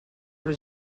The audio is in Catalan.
però